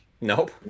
nope